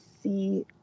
see